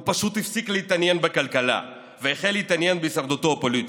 הוא פשוט הפסיק להתעניין בכלכלה והחל להתעניין בהישרדותו הפוליטית.